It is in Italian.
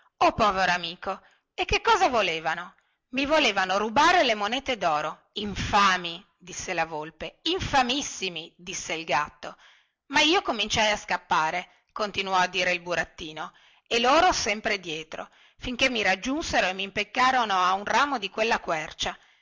povero amico e che cosa volevano i volevano rubare le monete doro infami disse la volpe infamissimi ripeté il gatto ma io cominciai a scappare continuò a dire il burattino e loro sempre dietro finché mi raggiunsero e mimpiccarono a un ramo di quella quercia